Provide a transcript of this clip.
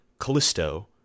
Callisto